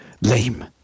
lame